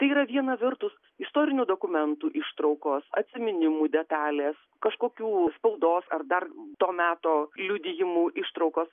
tai yra viena vertus istorinių dokumentų ištraukos atsiminimų detalės kažkokių spaudos ar dar to meto liudijimų ištraukos